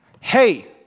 Hey